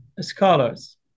scholars